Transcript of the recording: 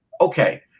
okay